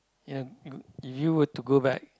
ya you if you were to go back